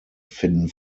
finden